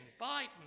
Biden